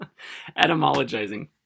Etymologizing